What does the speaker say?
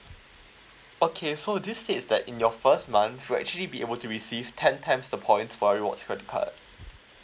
okay so this is that in your first month to actually be able to receive ten times the points for rewards credit card